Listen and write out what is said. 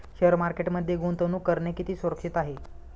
Share मार्केटमध्ये गुंतवणूक करणे किती सुरक्षित आहे?